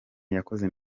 yakoze